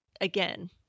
again